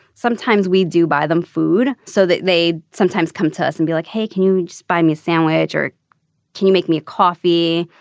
sometimes we do buy them food so that they sometimes come to us and be like hey can you buy me a sandwich or can you make me coffee.